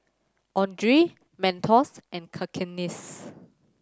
Andre Mentos and Cakenis